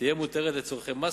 תהיה מותרת בניכוי לצורכי מס,